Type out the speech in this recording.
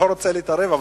לא רוצה להתערב,